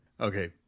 Okay